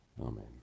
Amen